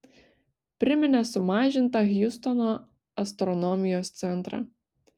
priminė sumažintą hjustono astronomijos centrą